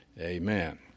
Amen